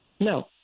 No